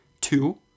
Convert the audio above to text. two